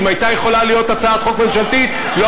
אם הייתה יכולה להיות הצעת חוק ממשלתית, ברור שלא.